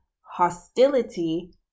hostility